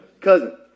Cousin